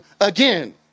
again